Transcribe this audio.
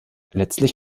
letztlich